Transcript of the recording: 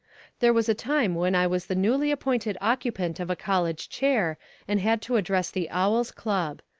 there was a time when i was the newly appointed occupant of a college chair and had to address the owl's club.